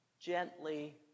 gently